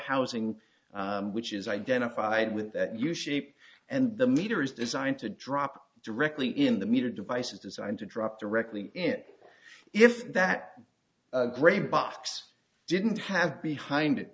housing which is identified with that you ship and the meter is designed to drop directly in the meter device is designed to drop directly in if that grey box didn't have behind it